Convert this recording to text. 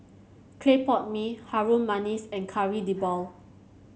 Clay Pot Mee Harum Manis and Kari Debal